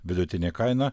vidutinė kaina